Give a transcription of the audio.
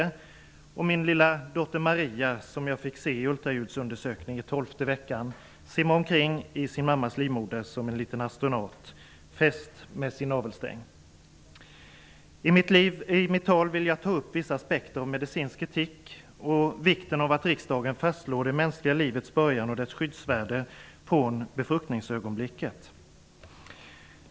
Det andra är förknippat med min lilla dotter Maria som jag vid en ultraljudsundersökning i tolfte veckan fick se simma omkring i sin mammas livmoder som en liten astronaut fäst med sin navelsträng. I mitt tal vill jag ta upp vissa aspekter av medicinsk etik, och vikten av att riksdagen fastslår det mänskliga livets början och dess skyddsvärde från befruktningsögonblicket.